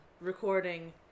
recording